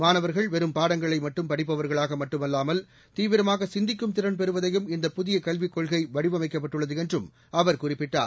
மாணவர்கள் வெறும் பாடங்களை மட்டும் படிப்பவர்களாக மட்டுமல்லாமல் தீவிரமாக சிந்திக்கும் திறன் பெறுவதையும் இந்த புதிய கல்விக் கொள்கை வடிவமைக்கப்பட்டுள்ளது என்று அவர் குறிப்பிட்டார்